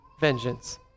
vengeance